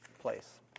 place